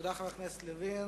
תודה, חבר הכנסת לוין.